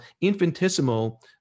infinitesimal